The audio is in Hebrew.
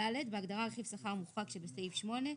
בהגדרה "סעיף שכר מוחרג" שבסעיף 8,